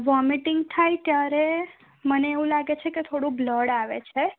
vomiting થાય ત્યારે મને એવું લાગે છે કે થોડું બ્લડ આવે છે